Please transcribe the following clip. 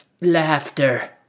laughter